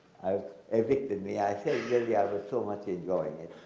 i admittedly i said really i was so much enjoying it.